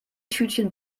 tütchen